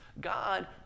God